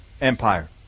empire